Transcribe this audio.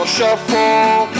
Shuffle